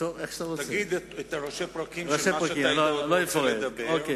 תגיד את ראשי הפרקים של מה שהיית רוצה לדבר עליו,